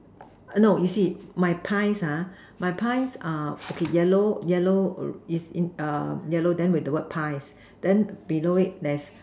no you see my pies my pies okay yellow yellow is in yellow then with the word pies then below it there's